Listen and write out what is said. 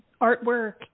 artwork